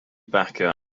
bacio